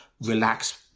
relax